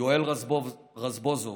יואל רזבוזוב,